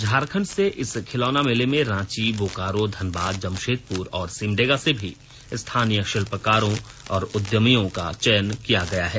झारखंड से इस खिलौना मेले में रांची बोकारो धनबाद जमशेदपुर और सिमडेगा से भी स्थानीय शिल्पकारों और उद्यमियों क चयन किया है